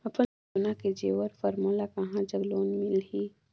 अपन सोना के जेवर पर मोला कहां जग लोन मिलही?